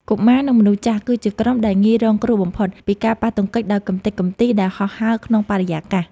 កុមារ និងមនុស្សចាស់ គឺជាក្រុមដែលងាយរងគ្រោះបំផុតពីការប៉ះទង្គិចដោយកម្ទេចកំទីដែលហោះហើរក្នុងបរិយាកាស។